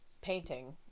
painting